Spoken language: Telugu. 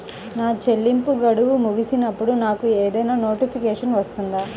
నా చెల్లింపు గడువు ముగిసినప్పుడు నాకు ఏదైనా నోటిఫికేషన్ వస్తుందా?